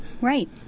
Right